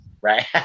Right